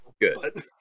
good